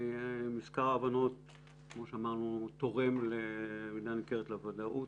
מזכר ההבנות תורם במידה ניכרת לוודאות,